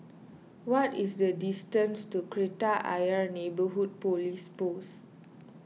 what is the distance to Kreta Ayer Neighbourhood Police Post